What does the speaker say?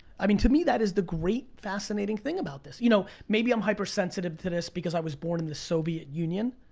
i mean, to me, that is the great, fascinating thing about this. you know, maybe i'm hypersensitive to this because i was born in the soviet union.